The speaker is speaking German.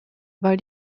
weil